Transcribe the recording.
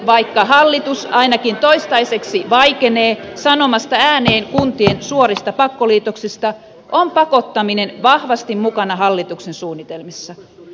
vaikka hallitus ainakin toistaiseksi vaikenee sanomasta ääneen kuntien suorista pakkoliitoksista on pakottaminen vahvasti mukana hallituksen suunnitelmissa